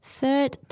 Third